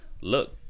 Look